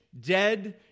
dead